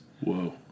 Whoa